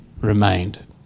remained